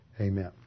Amen